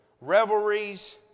revelries